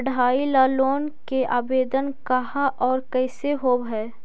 पढाई ल लोन के आवेदन कहा औ कैसे होब है?